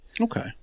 Okay